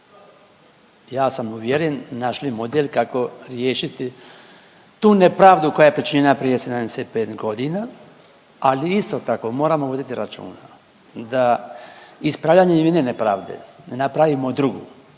ja sam uvjeren našli model kako riješiti tu nepravdu koja je pričinjena prije 75.g., ali isto tako moramo voditi računa da ispravljanjem i mijenjanjem pravde ne napravimo drugu